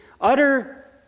utter